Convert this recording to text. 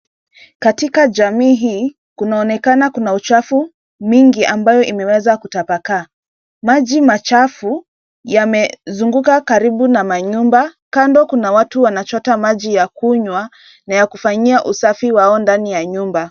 Katika jamii hii, kunaonekana kuna uchafu mingi ambayo imeweza kutapakaa. Maji machafu yamezunguka karibu na manyumba. Kando kuna watu wanachota maji ya kunywa na ya kufanyia usafi wao ndani ya nyumba.